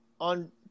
on